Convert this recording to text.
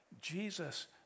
Jesus